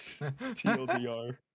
TLDR